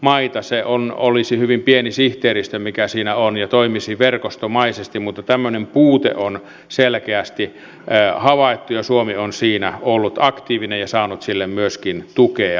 se olisi hyvin pieni sihteeristö mikä siinä on ja toimisi verkostomaisesti mutta tämmöinen puute on selkeästi havaittu ja suomi on siinä ollut aktiivinen ja saanut sille myöskin tukea